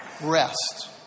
rest